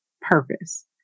purpose